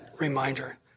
reminder